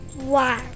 Wow